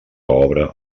obra